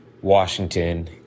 Washington